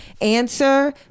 answer